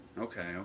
okay